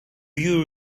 you